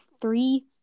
three